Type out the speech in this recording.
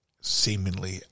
seemingly